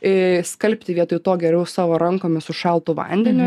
į skalbti vietoj to geriau savo rankomis su šaltu vandeniu